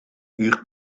uur